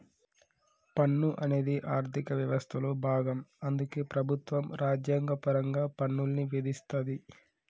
పన్ను అనేది ఆర్థిక వ్యవస్థలో భాగం అందుకే ప్రభుత్వం రాజ్యాంగపరంగా పన్నుల్ని విధిస్తది